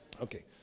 Okay